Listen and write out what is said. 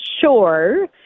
sure